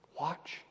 Watch